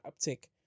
uptick